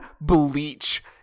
bleach